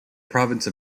province